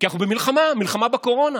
כי אנחנו במלחמה, מלחמה בקורונה.